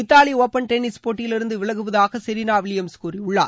Italy open tennis போட்டியிலிருந்து விலகுவதாக Serena Williams கூறியுள்ளார்